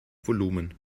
volumen